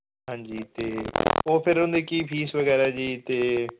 ਹਾਂਜੀ ਤੇ ਉਹ ਫਿਰ ਉਹਨੇ ਕੀ ਫੀਸ ਵਗੈਰਾ ਜੀ ਤੇ